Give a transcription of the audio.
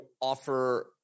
offer